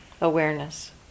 awareness